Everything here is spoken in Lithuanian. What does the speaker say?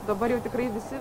dabar jau tikrai visi